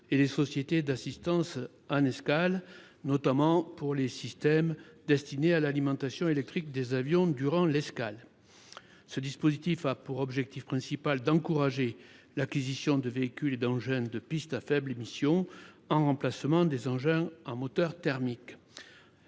et les sociétés d’assistance en escale. Il s’agit notamment de financer les systèmes destinés à l’alimentation électrique des avions durant les escales. Ce dispositif a pour objectif principal d’encourager l’acquisition de véhicules et d’engins de piste à faibles émissions, en remplacement des engins à moteur thermique.